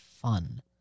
fun